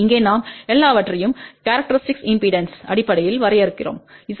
இங்கே நாம் எல்லாவற்றையும் கேரக்டரிஸ்டிக் இம்பெடன்ஸ் அடிப்படையில் வரையறுக்கிறோம் Z0